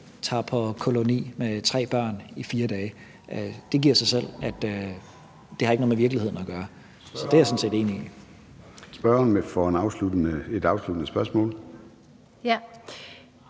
tager på koloni med tre børn i 4 dage. Det giver sig selv, at det ikke har noget med virkeligheden at gøre. Så det er jeg sådan set enig i. Kl. 13:45 Formanden (Søren